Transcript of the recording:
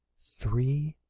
three,